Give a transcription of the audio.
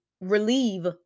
relieve